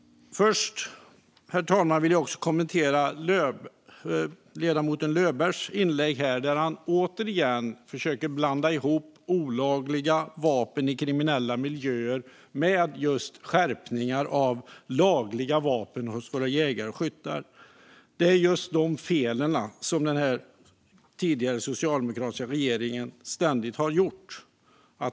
Herr talman! Jag vill först kommentera ledamoten Löbergs inlägg här. Han försöker återigen att blanda ihop olagliga vapen i kriminella miljöer med just skärpningar av bestämmelser för lagliga vapen hos våra jägare och skyttar. Det är just det fel som den socialdemokratiska regeringen ständigt har gjort.